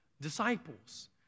disciples